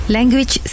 Language